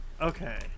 Okay